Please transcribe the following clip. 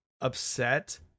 upset